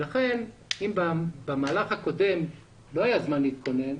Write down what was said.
אם במהלך הקודם לא היה זמן להתכונן,